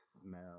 smell